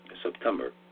September